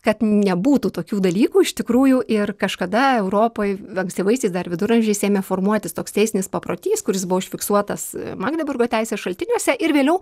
kad nebūtų tokių dalykų iš tikrųjų ir kažkada europoj ankstyvaisiais dar viduramžiais ėmė formuotis toks teisinis paprotys kuris buvo užfiksuotas magdeburgo teisės šaltiniuose ir vėliau